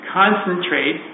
concentrate